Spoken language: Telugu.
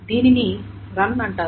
దీనిని రన్ అంటారు